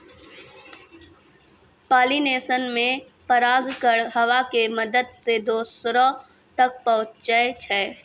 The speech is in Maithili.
पालिनेशन मे परागकण हवा के मदत से दोसरो तक पहुचै छै